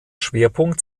schwerpunkt